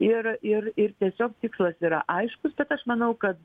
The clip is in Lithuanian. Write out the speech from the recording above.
ir ir ir tiesiog tikslas yra aiškus bet aš manau kad